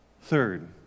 Third